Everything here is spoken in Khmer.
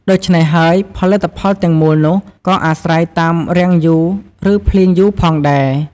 ដូច្នេះហើយផលិតផលទាំងមូលនោះក៏អាស្រ័យតាមរាំងយូរ ឬភ្លៀងយូរផងដែរ។